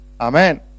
Amen